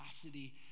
capacity